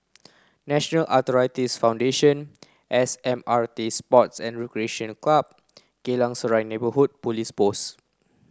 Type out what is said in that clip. National Arthritis Foundation S M R T Sports and Recreation Club Geylang Serai Neighbourhood Police Post